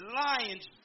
lion's